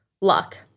luck